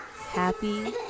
happy